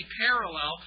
parallel